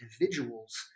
individuals